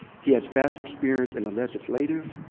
he has vast experience in the legislative,